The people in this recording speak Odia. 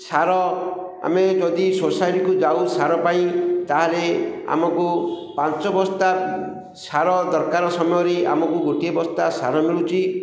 ସାର ଆମେ ଯଦି ସୋସାଇଟିକୁ ଯାଉ ସାର ପାଇଁ ତା'ହେଲେ ଆମକୁ ପାଞ୍ଚ ବସ୍ତା ସାର ଦରକାର ସମୟରେ ଆମକୁ ଗୋଟିଏ ବସ୍ତା ସାର ମିଳୁଛି